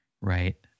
Right